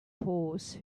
horse